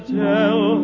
tell